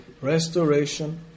restoration